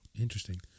Interesting